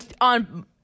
on